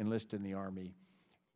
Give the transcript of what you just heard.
enlisted in the army